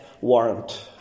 warrant